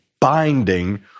binding